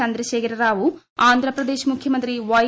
ചന്ദ്രശേഖര റാവു ആന്ധ്രാപ്രദേശ് മുഖ്യമന്ത്രി വൈ